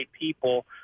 people